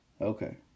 Okay